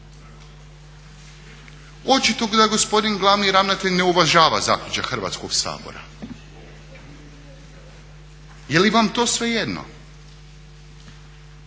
Očito da gospodin glavni ravnatelj ne uvažava zaključak Hrvatskog sabora. Jeli vam to svejedno?